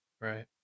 right